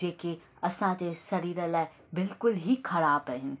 जेके असांजे शरीर लाइ बिल्कुलु ई ख़राब आहिनि